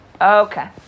Okay